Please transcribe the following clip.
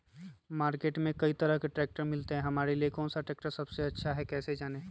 Market में कई तरह के ट्रैक्टर मिलते हैं हमारे लिए कौन सा ट्रैक्टर सबसे अच्छा है कैसे जाने?